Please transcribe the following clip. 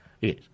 Yes